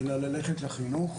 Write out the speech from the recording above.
אלא ללכת לחינוך.